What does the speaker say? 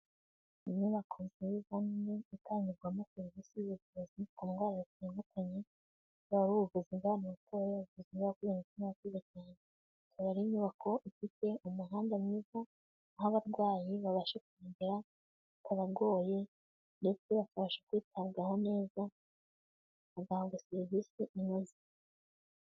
Inyubako nziza nini itangirwamo serivisi y'ubuvuzi ku ndwara zitandukanye, yaba ari bw'abana batoya, ubuvuzi bw'abakuze, ndetse n'abakuze cyane. Ikaba ari inyubako ifite umuhanda mwiza, aho abarwayi babasha kungera bikabagoye, ndetse bakabasha kwitabwaho neza, bagahabwa serivisi inoze.